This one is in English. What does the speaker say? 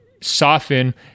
soften